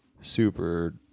super